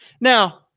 Now